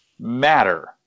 matter